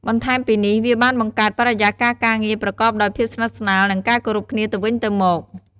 បន្ថែមពីនេះ វាបានបង្កើតបរិយាកាសការងារប្រកបដោយភាពស្និទ្ធស្នាល និងការគោរពគ្នាទៅវិញទៅមក។